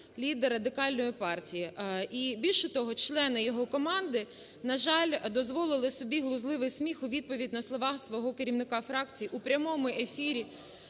лідер Радикальної партії. І більше того, члени його команди, на жаль, дозволили собі глузливий сміх у відповідь на слова свого керівника фракції у прямому ефірі